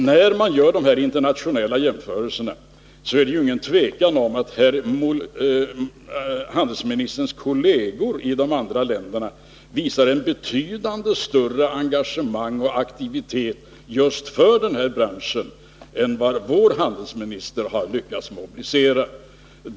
När man gör de här internationella jämförelserna är det inget tvivel om att handelsministerns kolleger i de andra länderna visar ett betydligt större engagemang och en betydligt större aktivitet just för den här branschen än vad vår handelsminister har lyckats mobilisera.